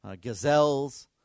gazelles